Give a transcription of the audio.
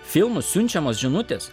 filmus siunčiamos žinutės